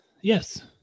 yes